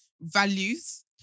values